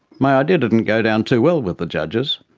my idea didn't go down too well with the judges.